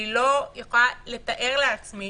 אני לא יכולה לתאר לעצמי